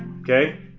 okay